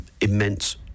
immense